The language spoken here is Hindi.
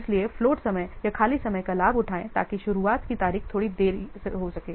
इसलिए फ्लोट समय या खाली समय का लाभ उठाएं ताकि शुरुआत की तारीख थोड़ी देरी हो सके